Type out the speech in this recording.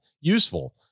useful